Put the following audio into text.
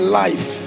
life